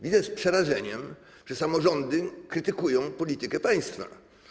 Widzę z przerażeniem, że samorządy krytykują politykę państwa.